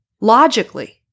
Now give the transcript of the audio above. Logically